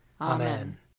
Amen